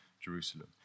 Jerusalem